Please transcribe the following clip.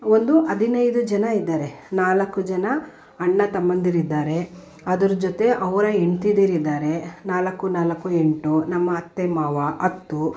ಒಂದು ಹದಿನೈದು ಜನ ಇದ್ದಾರೆ ನಾಲ್ಕು ಜನ ಅಣ್ಣ ತಮ್ಮಂದಿರಿದ್ದಾರೆ ಅದ್ರ ಜೊತೆ ಅವರ ಹೆಂಡ್ತಿದೀರು ಇದ್ದಾರೆ ನಾಲ್ಕು ನಾಲ್ಕು ಎಂಟು ನಮ್ಮ ಅತ್ತೆ ಮಾವ ಹತ್ತು